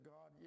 God